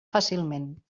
fàcilment